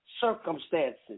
circumstances